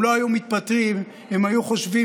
הם לא היו מתפטרים אם הם היו חושבים